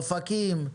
אופקים.